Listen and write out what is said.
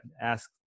ask